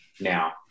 now